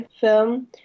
film